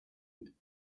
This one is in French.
non